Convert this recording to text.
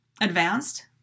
advanced